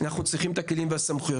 לכן אנחנו צריכים את הכלים ואת הסמכויות.